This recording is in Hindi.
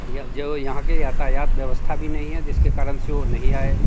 यह जो यहाँ के यातायात व्यवस्था भी नहीं है जिसके कारण से वो नहीं आए